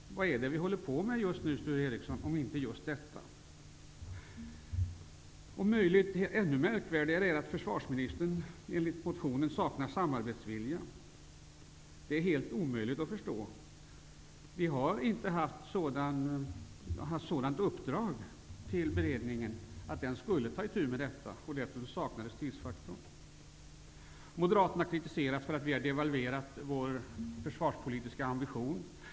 Vad är det som vi nu håller på med, Sture Ericson, om inte just detta? Om möjligt än mer märkligt är att försvarsministern enligt motionen saknar samarbetsvilja. Det är helt omöjligt att förstå. Vi har i beredningen inte haft i uppdrag att ta itu med detta, och därför saknades prisfaktorn. Moderaterna kritiseras för att vi har devalverat vår försvarspolitiska ambition.